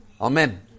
Amen